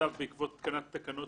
המצב בעקבות התקנת התקנות